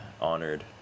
Honored